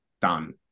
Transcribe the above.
done